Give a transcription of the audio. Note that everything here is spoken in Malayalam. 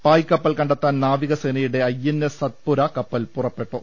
പായ്ക്കപ്പൽ കണ്ടെത്താൻ നാവികസേനയുടെ ഐ എൻ എസ് സത്പുര കപ്പൽ പുറപ്പെട്ടു